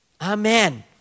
Amen